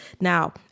Now